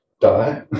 die